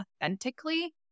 authentically